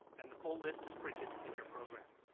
and the full list is printed in your program.